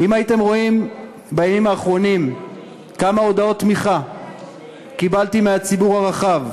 אם הייתם רואים בימים האחרונים כמה הודעות תמיכה קיבלתי מהציבור הרחב,